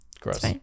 Gross